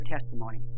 testimony